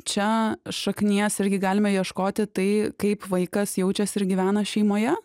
čia šaknies irgi galime ieškoti tai kaip vaikas jaučiasi ir gyvena šeimoje